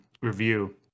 review